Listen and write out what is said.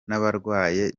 n’abarwaye